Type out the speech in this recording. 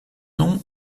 nom